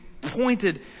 pointed